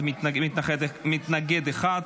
מתנגד אחד.